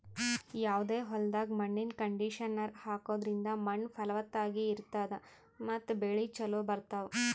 ಯಾವದೇ ಹೊಲ್ದಾಗ್ ಮಣ್ಣಿನ್ ಕಂಡೀಷನರ್ ಹಾಕದ್ರಿಂದ್ ಮಣ್ಣ್ ಫಲವತ್ತಾಗಿ ಇರ್ತದ ಮತ್ತ್ ಬೆಳಿ ಚೋಲೊ ಬರ್ತಾವ್